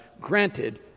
granted